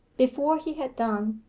before he had done,